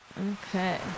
Okay